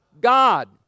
God